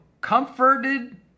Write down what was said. comforted